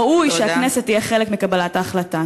ראוי שהכנסת תהיה חלק מקבלת ההחלטה.